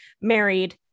married